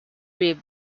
rib